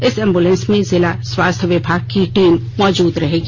इस एम्बूलेंस में जिला स्वास्थ्य विभाग की टीम मौजूद रहेगी